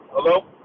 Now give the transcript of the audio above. Hello